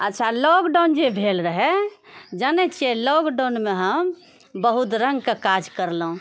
अच्छा लॉकडाउन जे भेल रहै जानै छिऐ लॉकडाउनमे हम बहुत रङ्गके काज करलहुँ